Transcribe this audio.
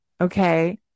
Okay